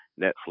Netflix